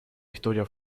historia